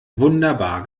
wunderbar